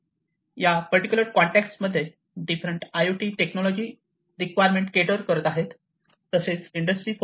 या particular context मध्ये different I O T technology requirement cater करत आहे तसेच इंडस्ट्री 4